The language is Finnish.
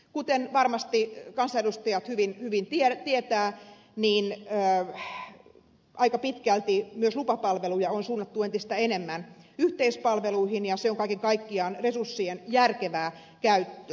kuten varmasti kansanedustajat hyvin tietävät aika pitkälti myös lupapalveluja on suunnattu entistä enemmän yhteispalveluihin ja se on kaiken kaikkiaan resurssien järkevää käyttöä